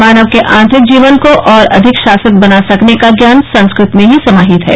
मानव के आंतरिक जीवन को और अधिक शाश्वत बना सकने का ज्ञान संस्कृत में ही समाहित है